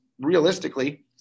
realistically